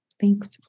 Thanks